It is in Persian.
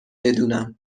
بدونم